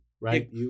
right